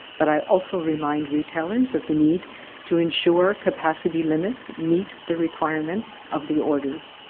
but i also remind retailers of the need to ensure capacity limits meet the requirements of the orders,